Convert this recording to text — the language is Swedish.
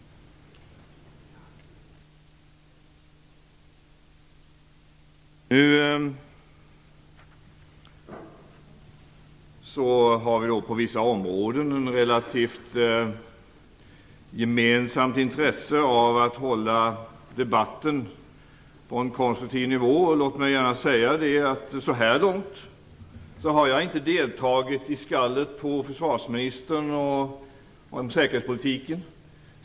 Vi har på vissa områden ett relativt stort gemensamt intresse av att hålla debatten på en konstruktiv nivå. Låt mig gärna säga att jag så här långt inte har deltagit i skallet mot försvarsministern och säkerhetspolitiken.